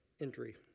entry